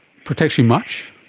protects you much?